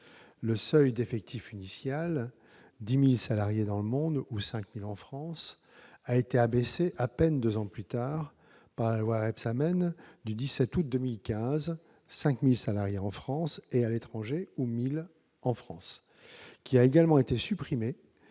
Le seuil d'effectif initial- 10 000 salariés dans le monde ou 5 000 en France -a été abaissé à peine deux ans plus tard par la loi Rebsamen du 17 août 2015- 5 000 salariés en France et à l'étranger ou 1 000 en France -, qui a également supprimé